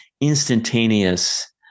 instantaneous